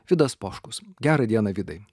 vidas poškus gerą dieną vidai